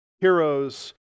heroes